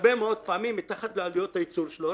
הרבה מאוד פעמים מתחת לעלויות הייצור שלו.